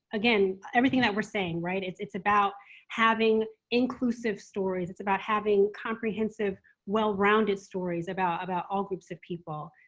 again everything that we're saying right? it's it's about having inclusive stories. it's about having comprehensive well-rounded stories about about all groups of people.